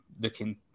looking